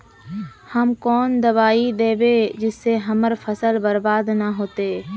हम कौन दबाइ दैबे जिससे हमर फसल बर्बाद न होते?